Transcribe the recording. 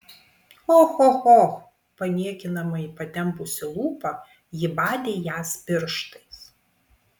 och och och paniekinamai patempusi lūpą ji badė jas pirštais